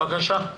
בבקשה.